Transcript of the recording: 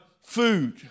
food